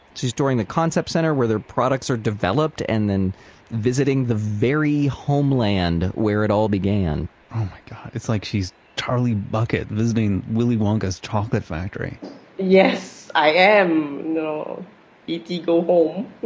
she's touring the concept center, where their products are developed. and then visiting the very homeland where it all began oh my god. it's like she's charlie bucket visiting willie wonka's chocolate factory yes. i am. you know e t. go home.